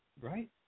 right